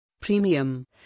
Premium